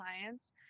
clients